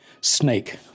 snake